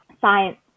science